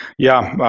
yeah,